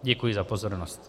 Děkuji za pozornost.